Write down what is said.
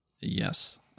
Yes